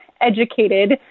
Educated